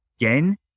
again